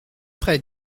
prêt